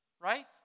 right